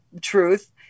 truth